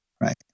right